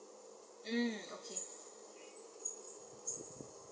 mm okay